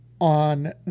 on